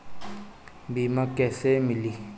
बीमा कैसे मिली?